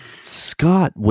Scott